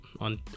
On